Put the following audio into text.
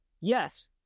Yes